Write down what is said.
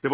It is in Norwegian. ved